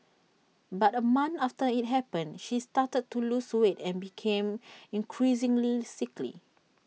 but A month after IT happened she started to lose weight and became increasingly sickly